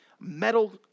Metal